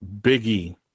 Biggie